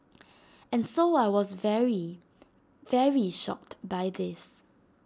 and so I was very very shocked by this